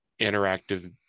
interactive